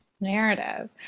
narrative